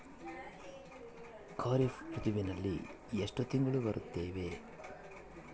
ಖಾರೇಫ್ ಋತುವಿನಲ್ಲಿ ಎಷ್ಟು ತಿಂಗಳು ಬರುತ್ತವೆ?